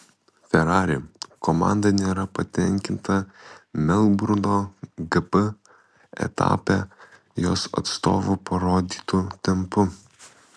ferrari komanda nėra patenkinta melburno gp etape jos atstovų parodytu tempu